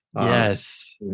Yes